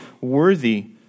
worthy